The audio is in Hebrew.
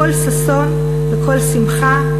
קול ששון וקול שמחה,